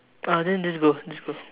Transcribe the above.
ah then just go just go